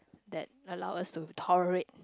that allow us to tolerate